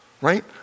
right